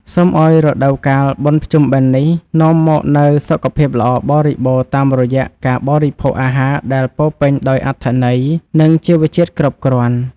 សូមឱ្យរដូវកាលបុណ្យភ្ជុំបិណ្ឌនេះនាំមកនូវសុខភាពល្អបរិបូរណ៍តាមរយៈការបរិភោគអាហារដែលពោរពេញដោយអត្ថន័យ និង ជីវជាតិគ្រប់គ្រាន់។